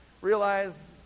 realize